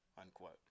unquote